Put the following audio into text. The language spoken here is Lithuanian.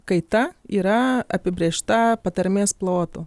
kaita yra apibrėžta patarmės plotu